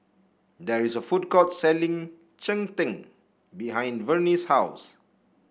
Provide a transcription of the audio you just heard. there is a food court selling Cheng Tng behind Vernie's house